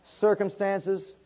circumstances